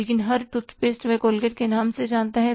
लेकिन हर टूथपेस्ट वह कोलगेट के नाम से जानता है